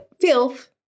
filth